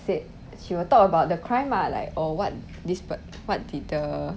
said she will talk about the crime ah like or what this part what did the